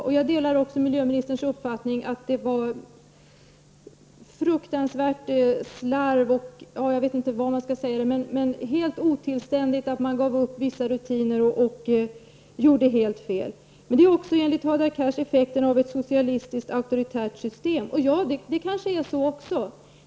Och jag delar också miljöministerns uppfattning att det förekom ett fruktansvärt slarv och att det var helt otillständigt att man gav upp vissa rutiner och gjorde helt fel. Men det är också, enligt Hadar Cars, effekten av ett socialistiskt och auktoritärt system. Det kanske är så också.